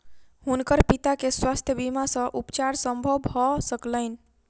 हुनकर पिता के स्वास्थ्य बीमा सॅ उपचार संभव भ सकलैन